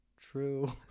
true